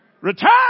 return